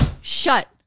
Shut